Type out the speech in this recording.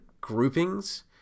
groupings